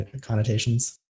connotations